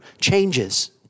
changes